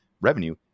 revenue